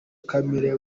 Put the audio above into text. kamere